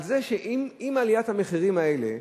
על זה שעם עליית המחירים האלה,